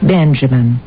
Benjamin